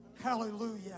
Hallelujah